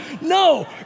No